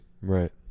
right